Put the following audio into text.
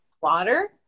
water